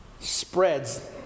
spreads